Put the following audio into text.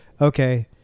okay